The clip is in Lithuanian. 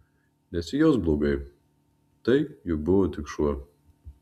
nesijausk blogai tai juk buvo tik šuo